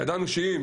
ידענו שאם